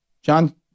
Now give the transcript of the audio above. John